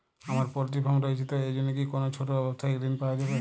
আমার poultry farm রয়েছে তো এর জন্য কি কোনো ছোটো ব্যাবসায়িক ঋণ পাওয়া যাবে?